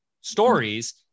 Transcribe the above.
stories